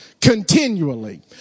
continually